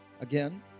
again